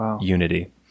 unity